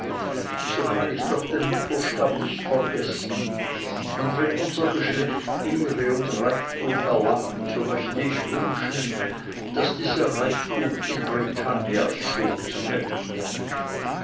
so kann ich doch den mutterstamm nicht vergessen und wenn unser geschlecht ehre und reichtum erlangt so möchte ich wünschen daß dieser reichtum in britannias schoß fällt